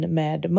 med